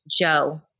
Joe